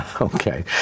Okay